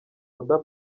oda